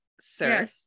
sir